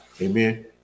Amen